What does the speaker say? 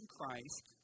Christ